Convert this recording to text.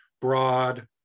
Broad